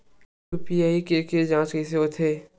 UPI के के जांच कइसे होथे?